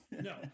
No